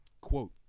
quote